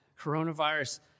coronavirus